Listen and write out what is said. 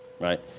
right